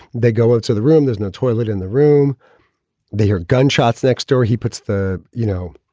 they go ah to the room. there's no toilet in the room they hear gunshots next door. he puts the, you know,